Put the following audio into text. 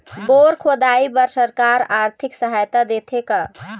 Bore खोदाई बर सरकार आरथिक सहायता देथे का?